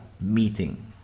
meeting